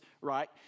right